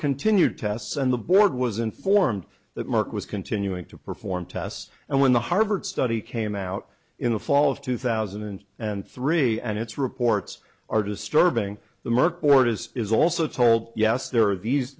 continued tests and the board was informed that merck was continuing to perform tests and when the harvard study came out in the fall of two thousand and three and its reports are disturbing the merck board is is also told yes there are these